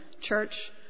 church